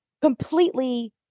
completely